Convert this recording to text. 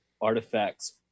artifacts